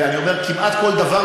ואני אומר שכמעט כל דבר,